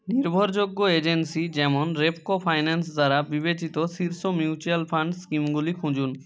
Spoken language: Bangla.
নির্ভরযোগ্য এজেন্সি যেমন রেপকো ফাইন্যান্স দ্বারা বিবেচিত শীর্ষ মিউচুয়াল ফাণ্ড স্কিমগুলি খুঁজুন